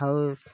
house